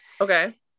okay